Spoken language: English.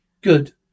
Good